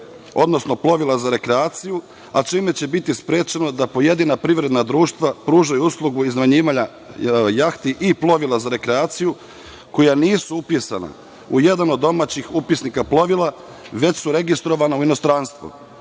odnosno plovila za rekreaciju, a čime će biti sprečeno da pojedina privredna društva pružaju uslugu iznajmljivanja jahti i plovila za rekreaciju koja nisu upisana u jedan od domaćih upisnika plovila, već su registrovana u inostranstvu,